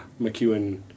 McEwen